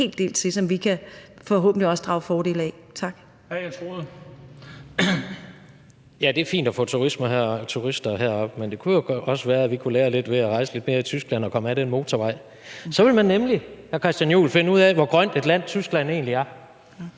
jo en hel del til, som vi forhåbentlig også kan drage fordel af. Tak.